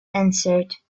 answered